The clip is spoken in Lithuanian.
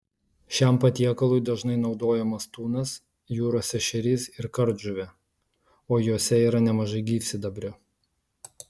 šiam patiekalui dažnai naudojamas tunas jūros ešerys ir kardžuvė o jose yra nemažai gyvsidabrio